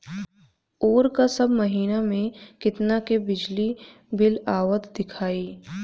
ओर का सब महीना में कितना के बिजली बिल आवत दिखाई